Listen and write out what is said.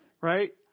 Right